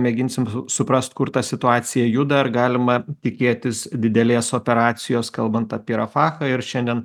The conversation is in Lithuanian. mėginsim suprast kur ta situacija juda ar galima tikėtis didelės operacijos kalbant apie rafachą ir šiandien